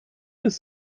ist